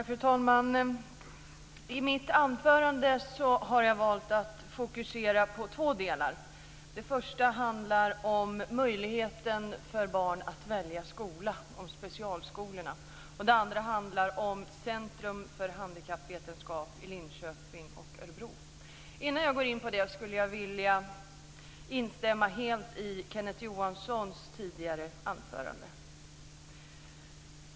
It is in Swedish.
Fru talman! Jag har i mitt anförande valt att fokusera på två delar. Den första handlar om möjligheten för barn att välja skola och om specialskolorna. Den andra handlar om Centrum för handikappvetenskap i Linköping och Örebro. Innan jag går in på det skulle jag vilja instämma helt i Kenneth Johanssons tidigare anförande.